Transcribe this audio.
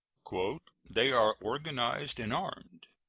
they are organized and armed.